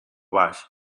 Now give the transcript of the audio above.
baix